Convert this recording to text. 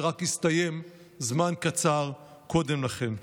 שרק הסתיים זמן קצר קודם לכן.